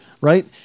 right